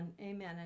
Amen